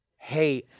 Hey